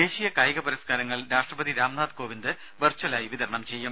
ദേശീയ കായിക പുരസ്കാരങ്ങൾ രാഷ്ട്പതി രാംനാഥ് കോവിന്ദ് വെർച്വൽ ആയി വിതരണം ചെയ്യും